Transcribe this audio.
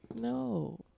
No